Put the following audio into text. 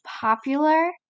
popular